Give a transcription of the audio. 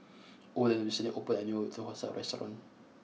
Olen recently opened a new Thosai restaurant